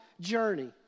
journey